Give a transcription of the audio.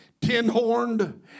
ten-horned